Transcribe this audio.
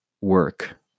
work